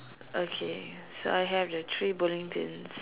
okay so I have the three bowling pins